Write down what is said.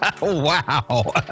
Wow